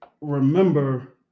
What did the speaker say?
Remember